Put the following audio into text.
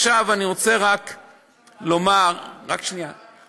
אני רוצה לומר, מה זה המשפט העברי?